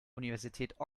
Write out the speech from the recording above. universität